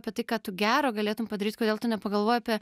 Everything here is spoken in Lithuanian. apie tai ką tu gero galėtum padaryt kodėl tu nepagalvoji apie